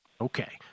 Okay